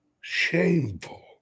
shameful